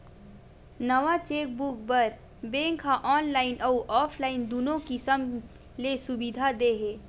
नवा चेकबूक बर बेंक ह ऑनलाईन अउ ऑफलाईन दुनो किसम ले सुबिधा दे हे